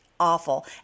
awful